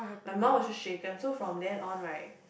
my mum was just shaken so from then on right